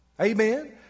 Amen